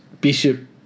bishop